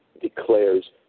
declares